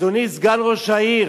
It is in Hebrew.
אדוני סגן ראש העיר,